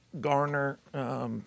garner –